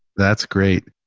that's great.